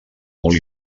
molt